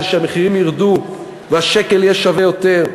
כדי שהמחירים ירדו והשקל יהיה שווה יותר.